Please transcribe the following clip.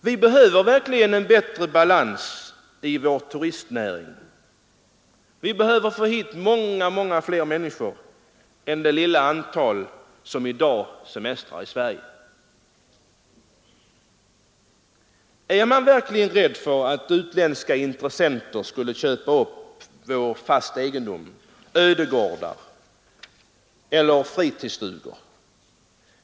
Vi behöver verkligen en bättre balans i vår turistnäring. Vi behöver få hit många, många fler människor än det lilla antal som i dag semestrar i Sverige. Är man verkligen rädd för att utländska intressenter skall köpa upp fast egendom, ödegårdar eller fritidsstugor?